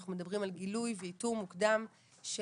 אנחנו מדברים על גילוי ואיתור מוקדם של